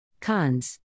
Cons